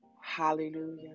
Hallelujah